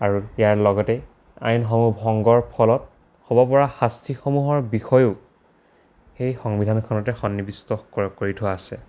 আৰু ইয়াৰ লগতে আইনসমূহ ভংগৰ ফলত হ'বপৰা শাস্তিসমূহৰ বিষয়েও সেই সংবিধানখনতে সন্নিবিষ্ট কৰি থোৱা আছে